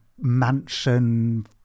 mansion